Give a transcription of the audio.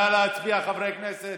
נא להצביע, חברי הכנסת.